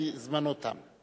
כי זמנו תם.